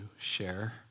share